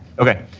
okay.